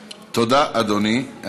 תודה, אדוני.